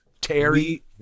Terry